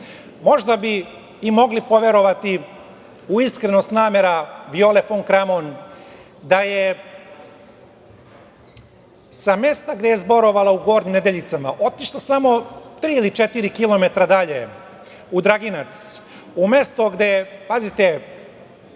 Možda bi i mogli poverovati u iskrenost namera Viole fon Kramon da je sa mesta gde je zborovala u Gornjim Nedeljicama otišla samo tri ili četiri kilometra dalje, u Draginac, u mesto gde je, pazite,